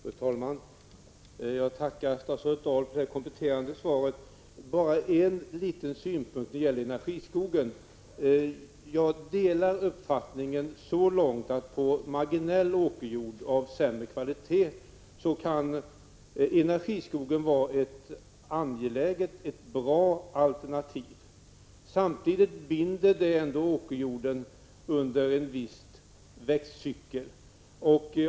Fru talman! Jag tackar statsrådet Dahl för det kompletterande svaret. Bara en liten synpunkt. Det gäller energiskogen. Jag delar uppfattningen så långt att energiskogen på marginell åkerjord av sämre kvalitet kan vara ett bra alternativ. Samtidigt binder det ändå åkerjorden under en viss växtcykel.